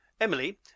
Emily